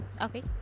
Okay